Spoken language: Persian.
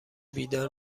بیدار